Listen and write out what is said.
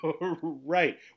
Right